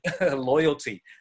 loyalty